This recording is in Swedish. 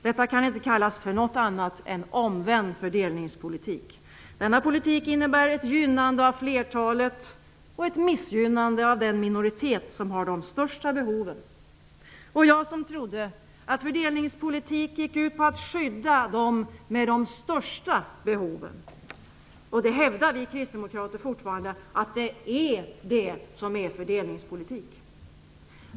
Detta kan inte kallas för något annat än omvänd fördelningspolitik. Denna politik innebär ett gynnande av flertalet och ett missgynnande av den minoritet som har de största behoven. Jag trodde att fördelningspolitik gick ut på att skydda dem med de största behoven. Vi kristdemokrater hävdar fortfarande att det är det som är fördelningspolitik.